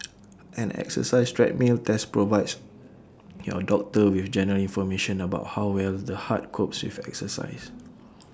an exercise treadmill test provides your doctor with general information about how well the heart copes with exercise